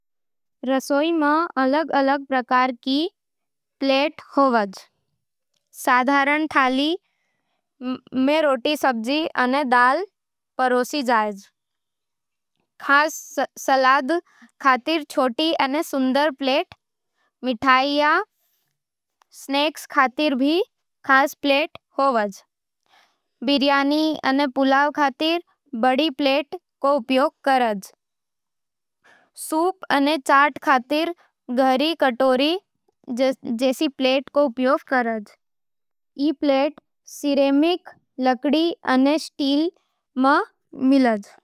रसोई में खाना बनावण खातर अलग-अलग प्रकार के पैन उपयोग में आवज। सबसे सामान्य तवा, जिको रोटी, चपाती अने परांठा सेंकण खातर उपयोग करे है। कढ़ाई में सब्जी, दाल अने करी पकावै है। पतीला में पानी उबालके चाय, सूप अने पुलाव बनावै है। फ्राई पैन में तेल में तलावै है, अने गहरी कड़ाही में डीप फ्राइंग कर स्वादिष्ट स्नैक्स तैयार करै है।